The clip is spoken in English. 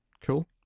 cool